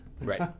Right